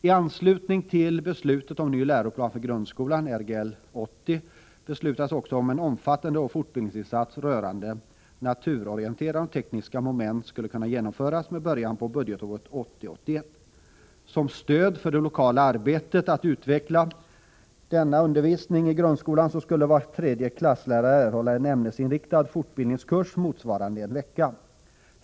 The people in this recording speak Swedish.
I anslutning till beslutet om ny läroplan för grundskolan, Lgr 80, beslöts också att en omfattande fortbildningsinsats rörande naturorienterande och tekniska moment skulle genomföras med början budgetåret 1980/81. Som stöd för det lokala arbetet att utveckla denna undervisning i grundskolan skulle var tredje klasslärare erhålla en ämnesinriktad fortbildningskurs motsvarande en vecka.